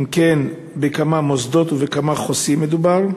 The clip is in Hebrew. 2. אם כן, בכמה מוסדות ובכמה חוסים מדובר?